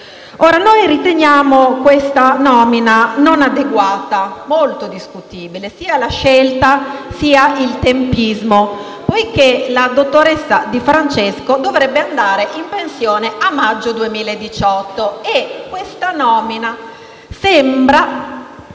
Riteniamo questa nomina non adeguata e molto discutibile, sia nella scelta che nel tempismo, poiché la dottoressa Di Francesco dovrebbe andare in pensione a maggio 2018 e questa nomina sembra